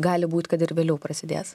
gali būt kad ir vėliau prasidės